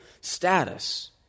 status